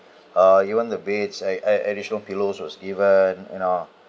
uh even the beds uh uh additional pillows was given in our